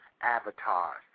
avatars